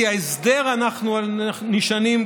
כי ההסדר שעליו אנחנו נשענים,